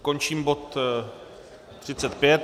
Končím bod 35.